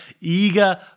eager